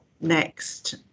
next